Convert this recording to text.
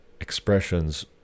expressions